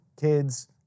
kids